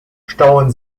stauen